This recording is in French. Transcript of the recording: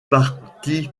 parti